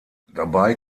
dabei